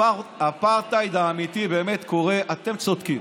האפרטהייד האמיתי, באמת, קורה, אתם צודקים.